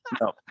No